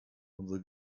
unsere